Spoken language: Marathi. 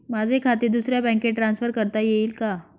माझे खाते दुसऱ्या बँकेत ट्रान्सफर करता येईल का?